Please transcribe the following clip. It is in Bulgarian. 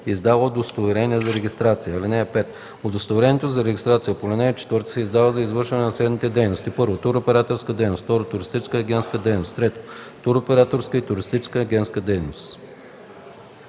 издава удостоверение за регистрация. (5) Удостоверението за регистрация по ал. 4 се издава за извършване на следните дейности: 1. туроператорска дейност; 2. туристическа агентска дейност; 3. туроператорска и туристическа агентска дейност.”